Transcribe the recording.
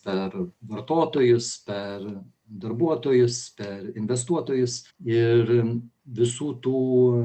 per vartotojus per darbuotojus per investuotojus ir visų tų